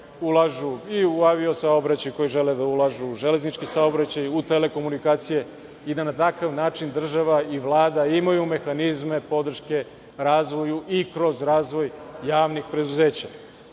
ulažu i u avio saobraćaj, koji žele da ulažu u železnički saobraćaj, u telekomunikacije i da na takav način država i Vlada imaju mehanizme podrške razvoju i kroz razvoj javnih preduzeća.O